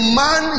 man